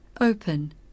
open